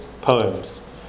poems